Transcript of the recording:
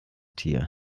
tier